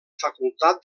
facultat